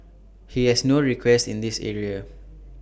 he has no request in this area